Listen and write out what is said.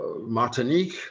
Martinique